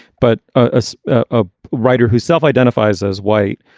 but ah as a writer who self-identifies as white,